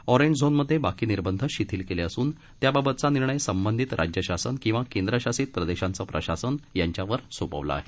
orange झोनमधे बाकी निर्दंध शिथिल केले असून त्याबाबतचा निर्णय संबंधित राज्य शासन किंवा केंद्रशासित प्रदेशांचं प्रशासन यांच्यावर सोपवला आहे